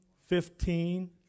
fifteen